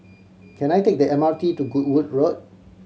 can I take the M R T to Goodwood Road